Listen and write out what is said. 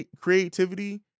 creativity